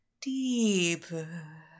deeper